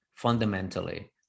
fundamentally